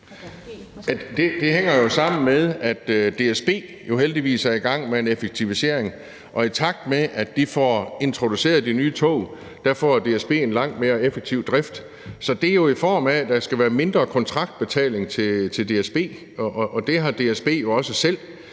Det hænger jo sammen med, at DSB heldigvis er i gang med en effektivisering, og i takt med at de får introduceret de nye tog, får DSB en langt mere effektiv drift. Så det er jo, i form af at der skal være mindre kontraktbetaling til DSB, og det har DSB jo også selv